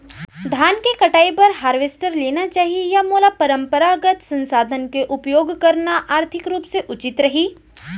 धान के कटाई बर हारवेस्टर लेना चाही या मोला परम्परागत संसाधन के उपयोग करना आर्थिक रूप से उचित रही?